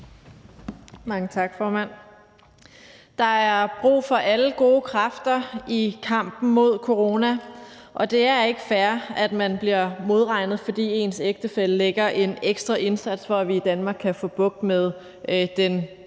Mange tak, formand. Der er brug for alle gode kræfter i kampen mod corona, og det er ikke fair, at man bliver modregnet, fordi ens ægtefælle yder en ekstra indsats, for at vi i Danmark kan få bugt med den